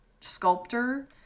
sculptor